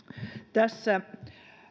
tässä